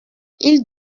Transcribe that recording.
ils